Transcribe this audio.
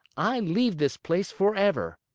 i leave this place forever.